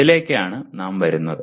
അതിലേക്കാണ് നാം വരുന്നത്